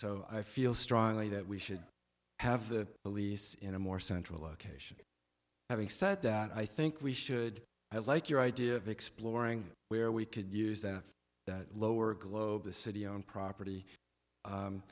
so i feel strongly that we should have the police in a more central location having said that i think we should have like your idea of exploring where we could use the lower globe the city own property